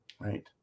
right